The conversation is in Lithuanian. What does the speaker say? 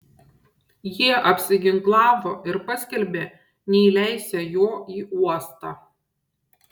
jie apsiginklavo ir paskelbė neįleisią jo į uostą